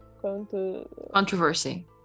Controversy